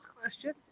question